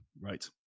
Right